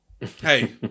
Hey